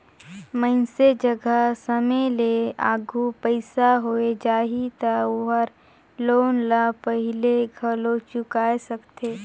मइनसे जघा समे ले आघु पइसा होय जाही त ओहर लोन ल पहिले घलो चुकाय सकथे